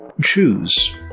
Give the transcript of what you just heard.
choose